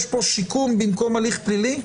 יש פה שיקום במקום הליך פלילי?